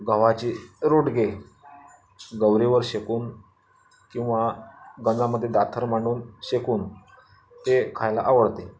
गव्हाचे रोडगे गोवरीवर शेकून किंवा बनामध्ये दाथर मांडून शेकून ते खायला आवडते